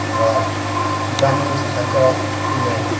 ओ गामिनि साखाथियाव फैनाय